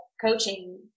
coaching